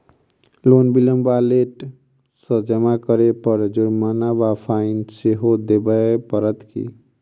Loan विलंब वा late सँ जमा करै पर जुर्माना वा फाइन सेहो देबै पड़त की?